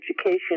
education